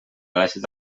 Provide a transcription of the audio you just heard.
classes